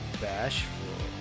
Bashful